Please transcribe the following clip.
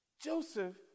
Joseph